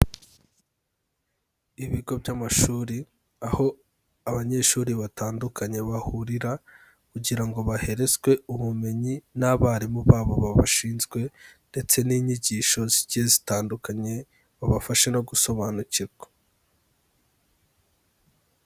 Ibigo by'amashuri aho abanyeshuri batandukanye bahurira kugira ngo baherezwe ubumenyi n'abarimu babo babashinzwe ndetse n'inyigisho zigiye zitandukanye, babafashe no gusobanukirwa.